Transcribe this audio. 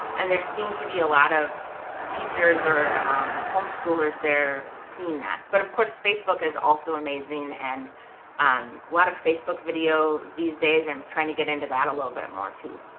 and there seem to be a lot of teachers or homeschoolers there seeing that. but of course facebook is also amazing, and a um lot of facebook video these days, i'm trying to get into that a little bit more too.